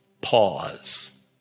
pause